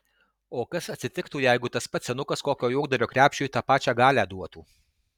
o kas atsitiktų jeigu tas pats senukas kokio juokdario krepšiui tą pačią galią duotų